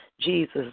Jesus